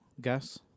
gas